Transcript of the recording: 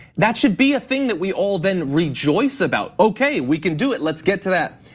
that should be a thing that we all then rejoice about. okay, we can do it, let's get to that.